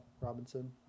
Robinson